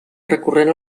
recorrent